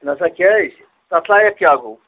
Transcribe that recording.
نَسا کیٛازِ تَتھ لایق کیٛاہ گوٚو